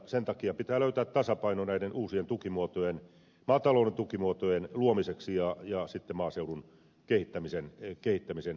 sen takia pitää löytää tasapaino näiden uusien maatalouden tukimuotojen luomiseksi ja maaseudun kehittämisen keinoiksi